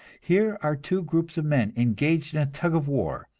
here are two groups of men engaged in a tug of war,